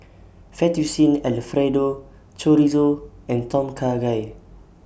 Fettuccine Alfredo Chorizo and Tom Kha Gai